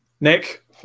Nick